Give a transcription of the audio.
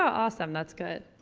awesome that's good.